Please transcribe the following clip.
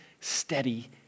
steady